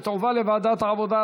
ותועבר לוועדת העבודה,